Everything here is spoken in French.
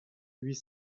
huit